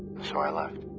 so i left.